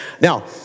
Now